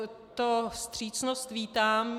Já tuto vstřícnost vítám.